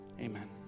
Amen